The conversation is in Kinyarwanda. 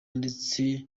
ndetse